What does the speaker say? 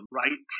right